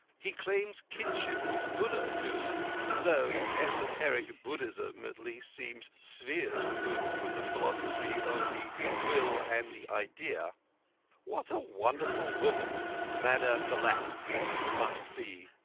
he claims kinship with buddha, too though esoteric buddhism at least seems spheres removed from the philosophy of the will and the idea what a wonderful woman madame blavatsky must be!